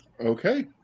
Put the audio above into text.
okay